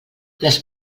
les